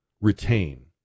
retain